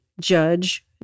judge